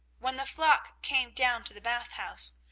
when the flock came down to the bath house,